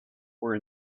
were